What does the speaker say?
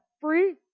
free